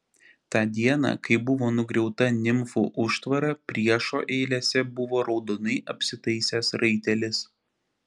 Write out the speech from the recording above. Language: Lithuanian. tą dieną kai buvo nugriauta nimfų užtvara priešo eilėse buvo raudonai apsitaisęs raitelis